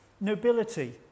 nobility